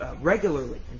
regularly